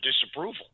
disapproval